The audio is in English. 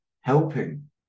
helping